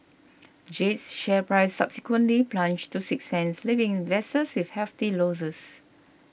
jade's share price subsequently plunged to six cents leaving investors with hefty losses